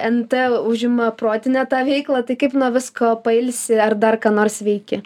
en t užima protinę tą veiklą tai kaip nuo visko pailsi ar dar ką nors veiki